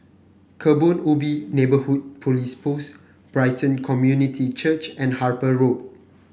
Kebun Ubi Neighbourhood Police Post Brighton Community Church and Harper Road